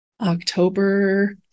October